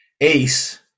ace